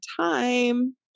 time